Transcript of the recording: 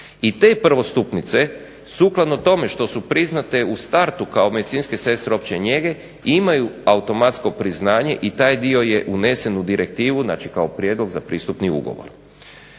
I te prvostupnice sukladno tome što su priznate u startu kao medicinske sestre opće njege imaju automatsko priznanje, i taj dio je unesen u direktivu, znači kao prijedlog za pristupni ugovor.